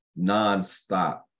nonstop